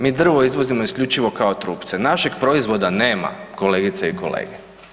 Mi drvo izvozimo isključivo kao trupce, našeg proizvodna nema, kolegice i kolege.